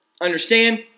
understand